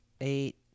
eight